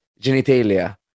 genitalia